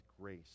grace